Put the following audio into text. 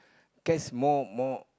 cats more more